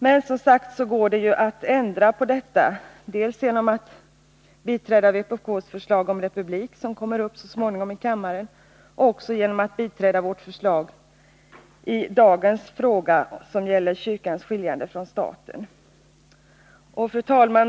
Riksdagen kan dock, som sagt, ändra på detta genom att biträda vpk:s förslag om republik, som kommer upp så småningom i kammaren, och också genom att biträda vårt förslag i dagens fråga som gäller kyrkans skiljande från staten. Fru talman!